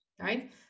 right